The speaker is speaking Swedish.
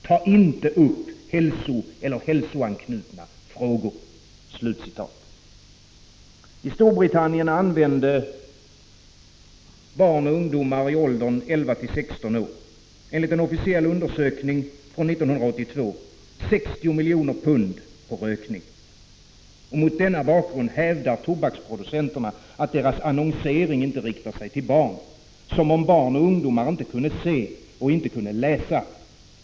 Ta inte upp hälsoeller hälsoanknutna frågor.” I Storbritannien använde barn och ungdomar mellan 11 och 16 år, enligt en officiell undersökning från 1982, 60 miljoner pund på rökning. Mot denna bakgrund hävdar tobaksproducenterna att deras annonsering inte riktar sig till barn. Som om barn och ungdomar inte kunde se och inte kunde läsa!